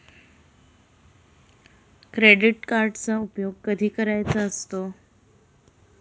Credit कार्डचा उपयोग कधी करायचा असतो?